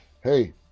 Hey